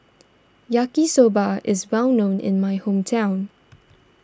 Yaki Soba is well known in my hometown